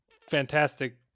fantastic